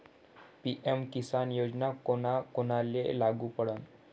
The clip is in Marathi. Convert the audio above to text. पी.एम किसान योजना कोना कोनाले लागू पडन?